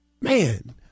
Man